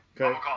okay